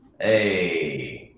hey